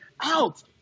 out